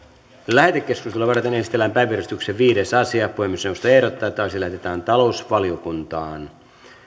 lähetekeskustelua varten esitellään päiväjärjestyksen viides asia puhemiesneuvosto ehdottaa että asia lähetetään talousvaliokuntaan